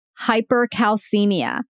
hypercalcemia